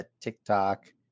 TikTok